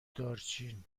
دارچین